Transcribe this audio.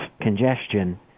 congestion